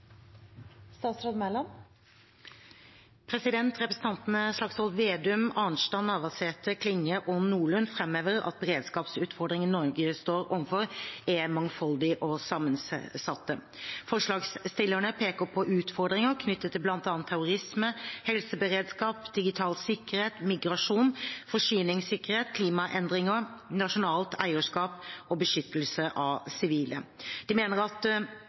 Representantene Slagsvold Vedum, Arnstad, Navarsete, Klinge og Nordlund framhever at beredskapsutfordringene Norge står overfor, er mangfoldige og sammensatte. Forslagsstillerne peker på utfordringer knyttet til bl.a. terrorisme, helseberedskap, digital sikkerhet, migrasjon, forsyningssikkerhet, klimaendringer, nasjonalt eierskap og beskyttelse av sivile. De mener at